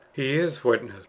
he is witness.